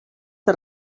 que